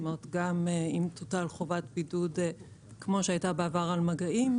אם תוטל חובת בידוד על מגעים כמו שהיה בעבר,